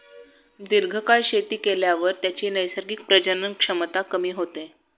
दीर्घकाळ शेती केल्यावर त्याची नैसर्गिक प्रजनन क्षमता कमी होते